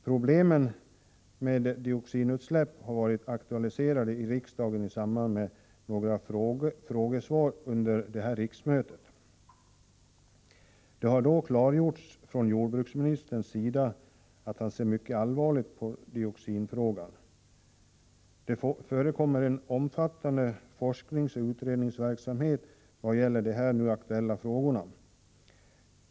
Problemen med dioxinutsläpp har aktualiserats i riksdagen i samband med några frågesvar under detta riksmöte. Jordbruksministern har då klargjort att han ser mycket allvarligt på dioxinfrågan. Det förekommer en omfattande forskningsoch utredningsverksamhet vad gäller de här nu aktuella frågorna.